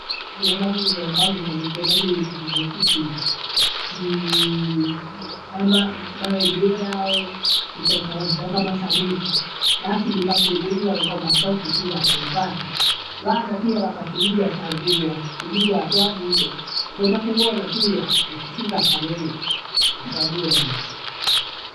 Handu wezangu hizo ambavyo zamitezama nesikute usi sinza. Niii dayama maliboyao kutoka hoo, kutoka masabufa basi nikafungulia lokamba hata ukisiva eti epata. Wana pia wakasiviga wasaa kuriayathi kuvuva twavuzo kwenda kugona pia, ethishiva kayowe kwasababu ya ugonjwa.